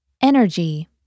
Energy